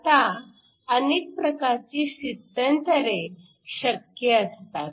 आता अनेक प्रकारची स्थित्यंतरे शक्य असतात